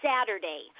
saturday